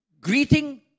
greeting